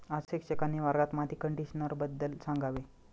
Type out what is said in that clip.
आज शिक्षकांनी वर्गात माती कंडिशनरबद्दल सांगावे